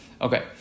okay